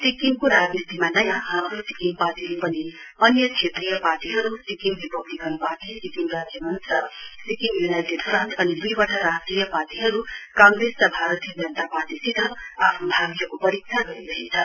सिक्किमको राजनीतिमा नयाँ हाम्रो सिक्किम पार्टीले पनि अन्य क्षेत्रीय पार्टीहरु सिक्किम रिपब्लिकन पार्टी सिक्किम राज्य मञ्च र सिक्किम युनाइटेड फ्रण्ट अनि दुवटा राष्ट्रिय पार्टीहरु काँग्रेस र भारतीय जनता पार्टीसित आफ्नो भाग्यको परीक्षा गरिरहेछ